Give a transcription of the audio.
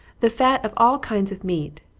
the fat of all kinds of meat,